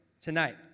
tonight